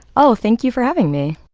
oh, thank you for having me